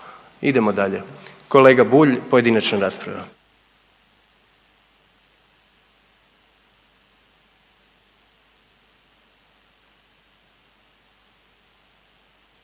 Idemo dalje. Kolega Bulj, pojedinačna rasprava.